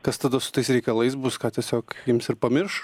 kas tada su tais reikalais bus ką tiesiog ims ir pamirš